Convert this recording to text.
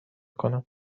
کنم